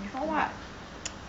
before what